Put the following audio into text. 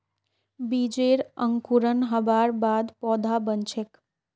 बीजेर अंकुरण हबार बाद पौधा बन छेक